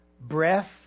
breath